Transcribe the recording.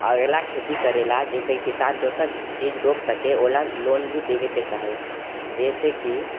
अगला खेती करे ला जाहिसँ किसान दोसर चीज रोप सके ओहि लए लोन भी देबै के चाही जाहिसँ कि